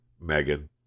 Megan